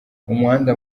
umuhanda